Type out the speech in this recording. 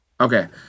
Okay